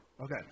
Okay